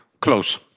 close